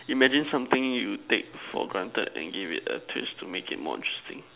imagine something you take for granted and give it a twist to make it more interesting